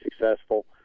successful